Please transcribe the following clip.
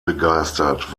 begeistert